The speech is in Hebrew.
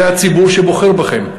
זה הציבור שבוחר בכם,